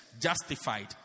justified